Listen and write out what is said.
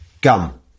gum